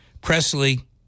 Presley